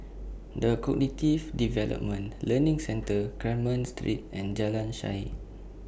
The Cognitive Development Learning Centre Carmen Street and Jalan Shaer